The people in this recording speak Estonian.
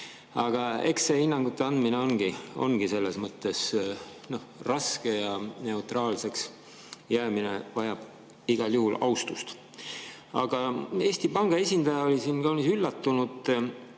Aga eks see hinnangute andmine ongi selles mõttes raske ja neutraalseks jäämine vajab igal juhul austust. Aga Eesti Panga esindaja oli siin kaunis